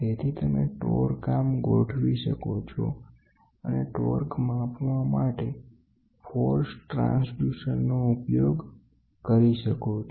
તેથી તમે torque arm ગોઠવી શકો છો અને ટોર્ક માપવા માટે ફોર્સ ટ્રાન્સડ્યુસર નો ઉપયોગ કરી શકો છો